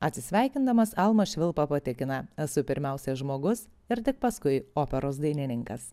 atsisveikindamas almas švilpa patikina esu pirmiausia žmogus ir tik paskui operos dainininkas